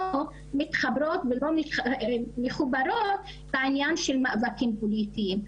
מתחברות ולא מחוברות בעניין של מאבקים פוליטיים.